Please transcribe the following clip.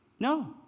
No